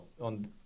on